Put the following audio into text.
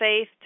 faith